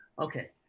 okay